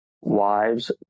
wives